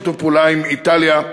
שיתוף פעולה עם איטליה,